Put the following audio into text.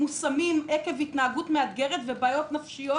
מושמים עקב התנהגות מאתגרת ובעיות נפשיות,